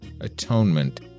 Atonement